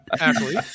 Ashley